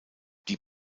die